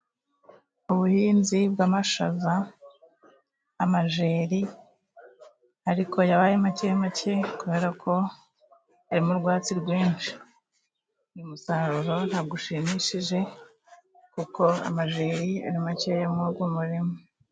Ubuhinzi bw'amashaza, amajeri ariko yabaye make make kuberako harimo urwatsi rwinshi. Uyu musaruro ntabwo ushimishije kuko amajeri ari makeya muri uyu murima.